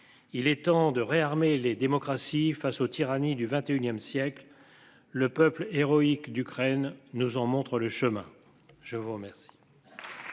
Il est temps de réarmer les démocraties face aux tyrannie du XXIe siècle. Le peuple héroïque d'Ukraine nous en montre le chemin. Je vous remercie.